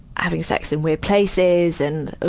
having sex in weird places, and.